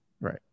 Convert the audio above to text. right